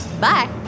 Bye